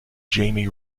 jamie